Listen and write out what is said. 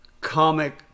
comic